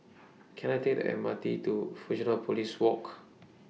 Can I Take The M R T to Fusionopolis Walk